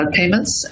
payments